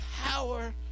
power